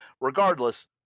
regardless